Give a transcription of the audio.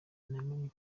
namenye